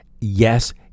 Yes